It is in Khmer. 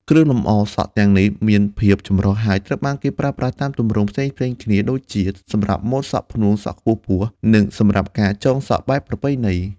គ្រឿងលម្អសក់ទាំងនេះមានភាពចម្រុះ ហើយត្រូវបានប្រើប្រាស់តាមទម្រង់ផ្សេងៗគ្នាដូចជា សម្រាប់ម៉ូដផ្នួងសក់ខ្ពស់ៗ និងសម្រាប់ការចងសក់បែបប្រពៃណី។